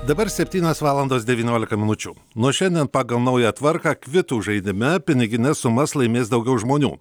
dabar septynios valandos devyniolika minučių nuo šiandien pagal naują tvarką kvitų žaidime pinigines sumas laimės daugiau žmonių